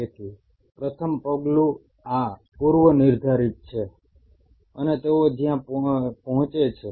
તેથી પ્રથમ પગલું આ પૂર્વનિર્ધારિત છે અને તેઓ ત્યાં પહોંચે છે